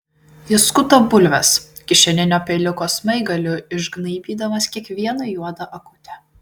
jis skuta bulves kišeninio peiliuko smaigaliu išgnaibydamas kiekvieną juodą akutę